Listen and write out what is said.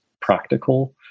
practical